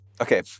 Okay